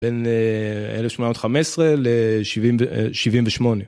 בין 1815 לשבעים ושמונים.